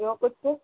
ॿियो कुझु